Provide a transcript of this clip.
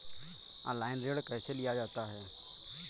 Online ऋण कैसे लिया जाता है?